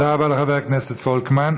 תודה רבה לחבר הכנסת פולקמן.